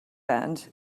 and